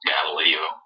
Galileo